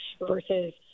versus